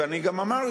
ואני גם אמרתי,